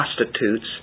prostitutes